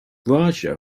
raja